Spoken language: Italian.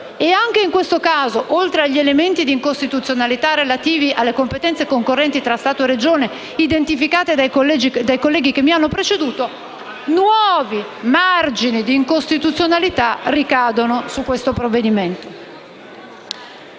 intese non ci sono. Oltre agli elementi di incostituzionalità relativi alle competenze concorrenti tra Stato e Regioni identificati dai colleghi che mi hanno preceduto, nuovi margini di incostituzionalità ricadono quindi sul provvedimento